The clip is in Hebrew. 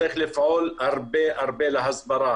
צריך לפעול הרבה להסברה.